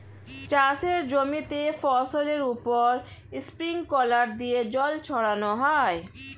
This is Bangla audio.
চাষের জমিতে ফসলের উপর স্প্রিংকলার দিয়ে জল ছড়ানো হয়